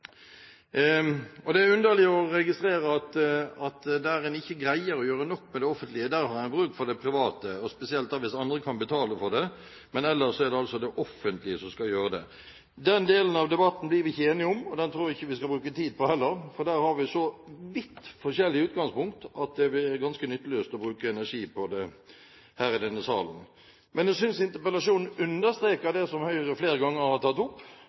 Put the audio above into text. Det er underlig å registrere at der en ikke greier å gjøre nok i det offentlige, der har en bruk for det private, spesielt hvis andre kan betale, men ellers er det det offentlige som skal gjøre det. Den delen av debatten blir vi ikke enige om, og den tror jeg vi ikke skal bruke tid på heller, for der har vi så vidt forskjellige utgangspunkt at det blir ganske nytteløst å bruke energi på det her i denne salen. Jeg synes interpellasjonen understreker det som Høyre flere ganger har tatt opp: